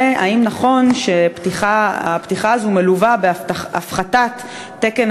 2. האם נכון שהפתיחה הזאת מלווה בשינוי תקן